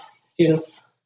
students